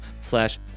slash